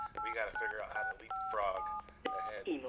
we got to figure out how to leap frog ahead.